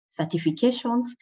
certifications